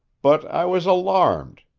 but i was alarmed,